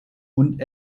und